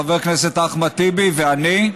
חבר הכנסת אחמד טיבי ואני,